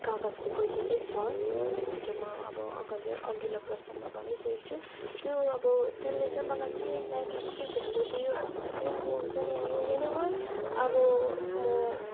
कागजको पैसा चाहिँ छ ज म अब अगाडि अघिल्लो प्रश्नमा भनी सकेको छु त्यो अब त्यसले चाहिँ मलाई चाहिँ के लाइफमा के भेल्यू दियो भन्दा चाहिँ अब हुन्छ नि अब वेनेभर अब म